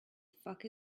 fuck